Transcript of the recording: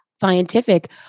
scientific